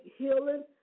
healing